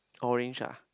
orange ah